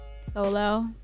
Solo